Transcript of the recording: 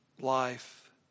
life